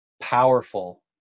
powerful